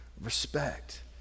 respect